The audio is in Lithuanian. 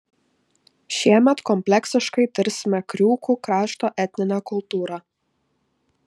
šiemet kompleksiškai tirsime kriūkų krašto etninę kultūrą